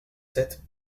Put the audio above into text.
sept